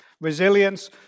Resilience